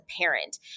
parent